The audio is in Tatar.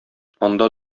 анда